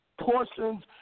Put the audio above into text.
portions